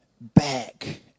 back